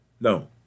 No